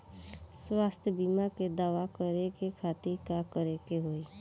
स्वास्थ्य बीमा के दावा करे के खातिर का करे के होई?